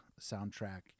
soundtrack